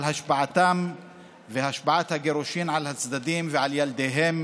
על השפעתם והשפעת הגירושין על הצדדים ועל ילדיהם